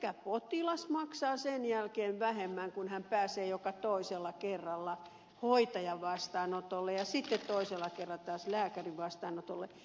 siis potilas maksaa sen jälkeen vähemmän kun hän pääsee toisella kerralla hoitajan vastaanotolle ja sitten toisella kerralla taas lääkärin vastaanotolle